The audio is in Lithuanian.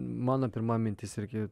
mano pirma mintis irgi